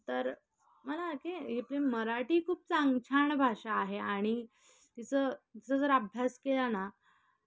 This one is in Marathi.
तर मला की मराठी खूप चांग छान भाषा आहे आणि तिचं तिचं जर अभ्यास केला ना